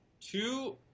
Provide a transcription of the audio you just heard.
two